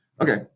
Okay